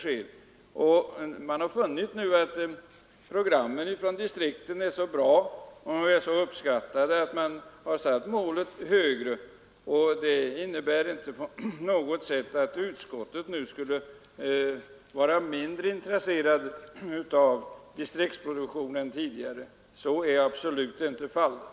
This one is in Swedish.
Sveriges Radio har nu funnit att programmen från distrikten är så bra och så uppskattade att man har satt målet högre, och vad som sägs i betänkandet innebär inte på något sätt att utskottet i dag skulle vara mindre intresserat av distriktsproduktion än tidigare. Så är absolut inte fallet.